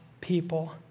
people